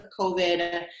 COVID